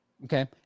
Okay